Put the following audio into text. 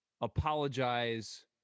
apologize